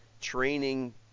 training